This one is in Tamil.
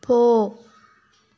போ